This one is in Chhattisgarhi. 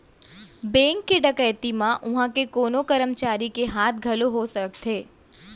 बेंक के डकैती म उहां के कोनो करमचारी के हाथ घलौ हो सकथे